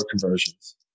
conversions